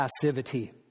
passivity